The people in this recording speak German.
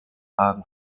hagen